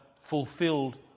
fulfilled